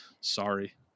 sorry